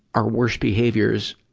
our worst behaviors,